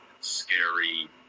scary